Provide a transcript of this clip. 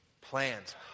Plans